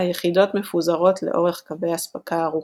והיחידות מפוזרות לאורך קווי אספקה ארוכים.